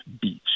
Beach